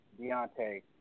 Deontay